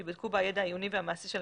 וייבדקו בה הידע העיוני והמעשי של